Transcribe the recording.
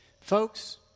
Folks